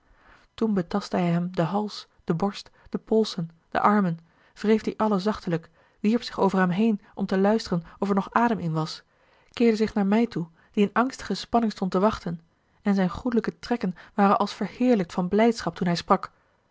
hij hem den hals de borst de polsen de armen wreef die allen zachtelijk wierp zich over hem heen om te luisteren of er nog adem in was keerde zich naar mij toe die in angstige spanning stond te wachten en zijne goêlijke trekken waren als verheerlijkt van blijdschap toen hij sprak